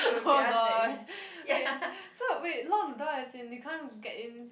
oh gosh wait so wait lock the door as in you can't get in